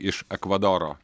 iš ekvadoro